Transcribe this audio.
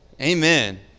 Amen